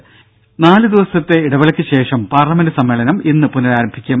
ദേദ നാൽ ദിവസത്തെ ഇടവേളയ്ക്ക് ശേഷം പാർലമെന്റ് സമ്മേളനം ഇന്ന് പുനരാരംഭിക്കും